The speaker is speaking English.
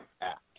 act